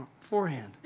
forehand